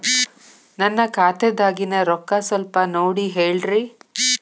ನನ್ನ ಖಾತೆದಾಗಿನ ರೊಕ್ಕ ಸ್ವಲ್ಪ ನೋಡಿ ಹೇಳ್ರಿ